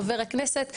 חבר הכנסת,